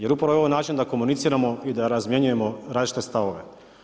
Jer upravo je ovo način da komuniciramo i da razmjenjujemo različite stavove.